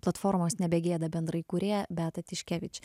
platformos nebegėda bendrai kūrėja beata tiškevič